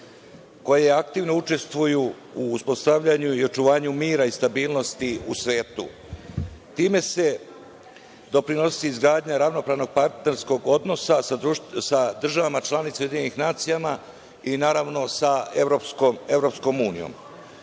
koje aktivno učestvuju u uspostavljanju i očuvanju mira i stabilnosti u svetu. Time se doprinosi izgradnji ravnopravnog partnerskog odnosa sa državama članicama UN i naravno sa EU.